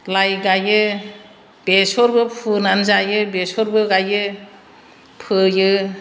लाय गायो बेसरबो फोनानै जायो बेसरबो गायो फोयो